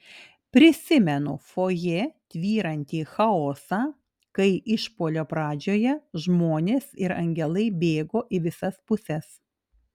prisimenu fojė tvyrantį chaosą kai išpuolio pradžioje žmonės ir angelai bėgo į visas puses